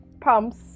pumps